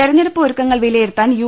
തെരഞ്ഞെടുപ്പ് ഒരുക്കങ്ങൾ വിലയിരുത്താൻ യു